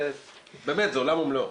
באמת זה עולם ומלואו.